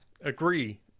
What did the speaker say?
agree